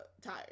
tired